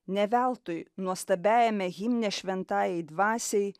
ne veltui nuostabiajame himne šventajai dvasiai